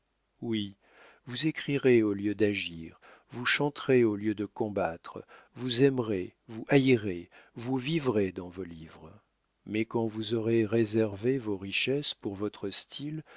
oui vous écrirez au lieu d'agir vous chanterez au lieu de combattre vous aimerez vous haïrez vous vivrez dans vos livres mais quand vous aurez réservé vos richesses pour votre style